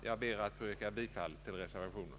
Jag ber att få yrka bifall till reservationen.